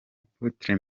apotre